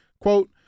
Quote